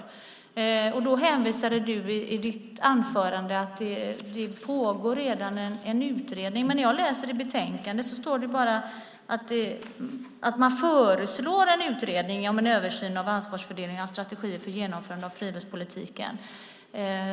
I ditt anförande hänvisade du, Anne Marie Brodén, till en pågående utredning. Men när jag läser i betänkandet står det bara att man föreslår en utredning om en översyn av ansvarsfördelningen av strategier för genomförandet av friluftspolitiken.